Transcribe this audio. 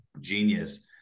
genius